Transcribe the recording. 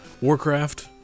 Warcraft